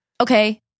okay